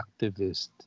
activist